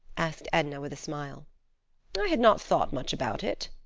asked edna with a smile. i had not thought much about it,